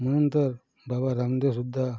म्हणून तर बाबा रामदेवसुद्धा